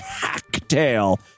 cocktail